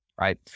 right